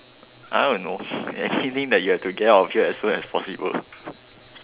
I don't know anything that you have to get out of here as soon as possible